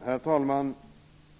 Herr talman!